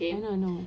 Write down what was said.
I know I know